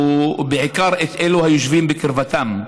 ובעיקר את של אלה היושבים בקרבתם.